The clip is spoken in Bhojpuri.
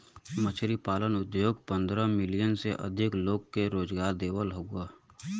मछरी पालन उद्योग पंद्रह मिलियन से अधिक लोग के रोजगार देवत हउवन